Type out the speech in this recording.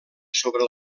sobre